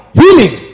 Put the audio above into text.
healing